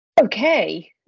Okay